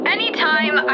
Anytime